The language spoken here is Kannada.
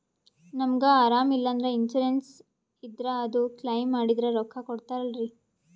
ನಮಗ ಅರಾಮ ಇಲ್ಲಂದ್ರ ಇನ್ಸೂರೆನ್ಸ್ ಇದ್ರ ಅದು ಕ್ಲೈಮ ಮಾಡಿದ್ರ ರೊಕ್ಕ ಕೊಡ್ತಾರಲ್ರಿ?